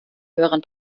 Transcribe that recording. höheren